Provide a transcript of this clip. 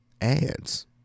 ads